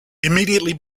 immediately